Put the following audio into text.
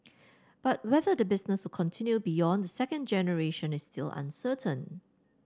but whether the business will continue beyond the second generation is still uncertain